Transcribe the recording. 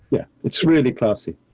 yeah. it's really classy.